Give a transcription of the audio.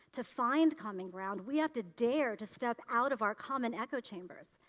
to find common ground, we have to dare to step out of our common echo chambers,